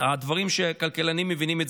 הדברים שהכלכלנים מבינים,